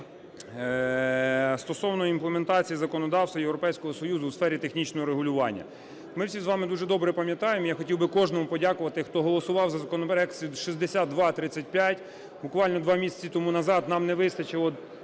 стосовно імплементації законодавства Європейського Союзу у сфері технічного регулювання. Ми всі з вами дуже добре пам'ятаємо, я хотів би кожному подякувати, хто голосував за законопроект 6235. Буквально два місяці тому назад нам не вистачило